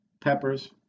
peppers